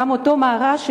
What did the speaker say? גם באותו מארז,